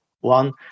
one